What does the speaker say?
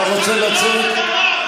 לך.